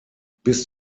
bis